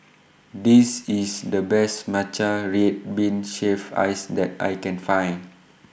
This IS The Best Matcha Red Bean Shaved Ice that I Can Find